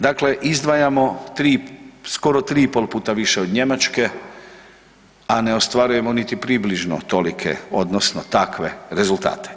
Dakle, izdvajamo tri, skoro 3,5 puta više od Njemačke a ne ostvarujemo niti približno tolike odnosno takve rezultate.